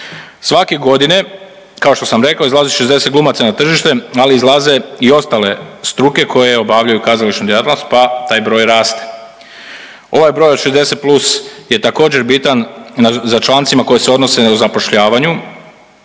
Svake godine kao što sam rekao, izlazi 60 glumaca na tržište, ali i izlaze i ostale struke koje obavljaju kazališnu djelatnost pa taj broj i raste. Ovaj broj od 60+ je također, bitan za člancima koji se odnose o zapošljavanju.